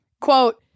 Quote